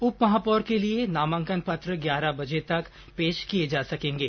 उपमहापौर के लिए नामांकन पत्र ग्यारह बजे तक पेश किये जा सकेंगे